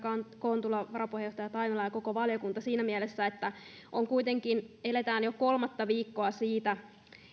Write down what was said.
kontula varapuheenjohtaja taimela ja koko valiokunta siinä mielessä että kuitenkin eletään jo kolmatta viikkoa